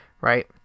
right